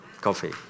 coffee